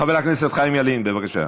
חבר הכנסת חיים ילין, בבקשה.